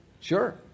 Sure